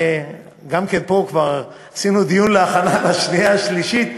גם פה כבר עשינו דיון להכנה לקריאה שנייה ושלישית,